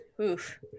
oof